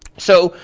so,